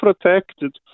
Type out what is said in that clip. protected